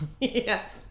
Yes